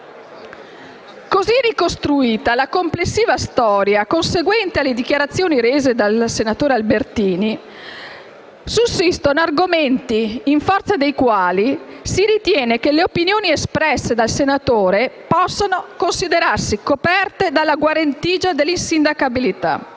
Così ricostruita la complessiva storia conseguente le dichiarazioni rese dal senatore Albertini, sussistono argomenti in forza dei quali si ritiene che le opinioni espresse dal senatore possano considerarsi coperte dalla guarentigia dell'insindacabilità.